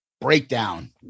Breakdown